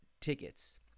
tickets